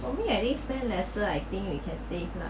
for me I think spend lesser I think we can save lah